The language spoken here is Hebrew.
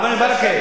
חבר הכנסת ברכה,